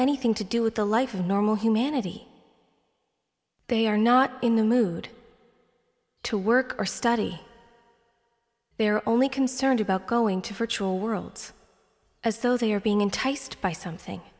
anything to do with the life of normal humanity they are not in the mood to work or study they're only concerned about going to virtual worlds as though they are being enticed by something